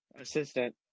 Assistant